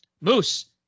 Moose